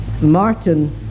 Martin